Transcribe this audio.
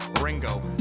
Ringo